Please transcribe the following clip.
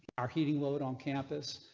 are heating mode on campus,